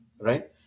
Right